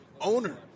owner